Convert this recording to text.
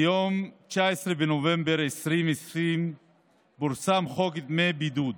ביום 19 בנובמבר 2020 פורסם חוק דמי בידוד,